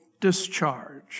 discharge